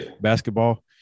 basketball